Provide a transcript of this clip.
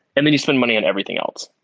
and then you spend money on everything else,